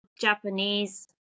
Japanese